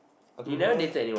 I don't know eh